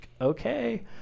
okay